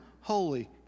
holy